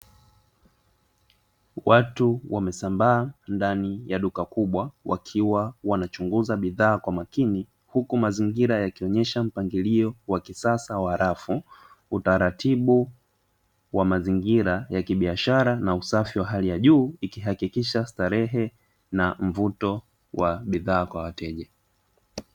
Watu wamesambaa ndani ya duka kubwa wakiwa wanachunguza bidhaa kwa makini huku mazingira yakionesha mpangilio wa kisasa wa rafu, utaratibu wa mazingira ya kibiashara na usafi wa hali ya juu ikihakikisha starehe na mvuto wa bidhaa kwa wateja.